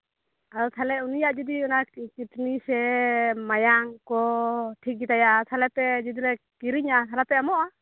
ᱟᱫᱚ ᱛᱟᱦᱚᱞᱮ ᱩᱱᱤᱭᱟᱜ ᱡᱩᱫᱤ ᱚᱱᱟ ᱠᱤᱰᱱᱤ ᱥᱮ ᱢᱟᱭᱟᱢ ᱠᱚ ᱴᱷᱤᱠ ᱜᱮᱛᱟᱭᱟ ᱛᱟᱦᱞᱮ ᱯᱮ ᱡᱩᱫᱤᱞᱮ ᱠᱤᱨᱤᱧᱟ ᱛᱟᱦᱚᱞᱮ ᱯᱮ ᱮᱢᱚᱜᱼᱟ